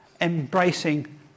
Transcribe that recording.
embracing